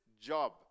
job